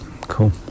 cool